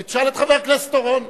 תשאל את חבר הכנסת אורון.